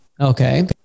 Okay